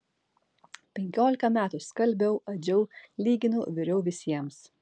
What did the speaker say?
penkiolika metų skalbiau adžiau lyginau viriau visiems